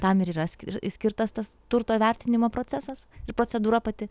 tam yra ski išskirtas tas turto vertinimo procesas ir procedūra pati